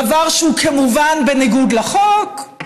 דבר שהוא כמובן בניגוד לחוק,